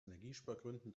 energiespargründen